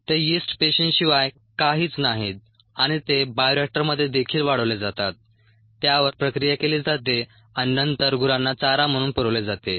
ते यीस्ट पेशींशिवाय काहीच नाहीत आणि ते बायोरिएक्टरमध्ये देखील वाढवले जातात त्यावर प्रक्रिया केली जाते आणि नंतर गुरांना चारा म्हणून पुरवले जाते